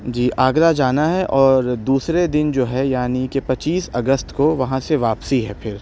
جی آگرہ جانا ہے اور دوسرے دن جو ہے یعنی کہ پچیس اگست کو وہاں سے واپسی ہے پھر